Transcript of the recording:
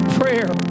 prayer